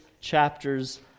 chapters